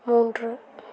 மூன்று